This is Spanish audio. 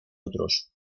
otros